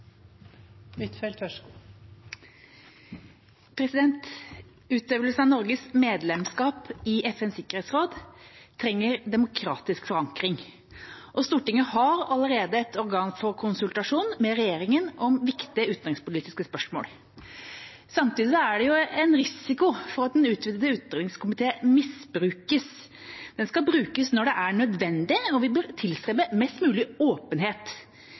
av Norges medlemskap i FNs sikkerhetsråd trenger demokratisk forankring, og Stortinget har allerede et organ for konsultasjon med regjeringen om viktige utenrikspolitiske spørsmål. Samtidig er det en risiko for at den utvidede utenrikskomiteen misbrukes. Den skal brukes når det er nødvendig, og vi bør tilstrebe mest mulig åpenhet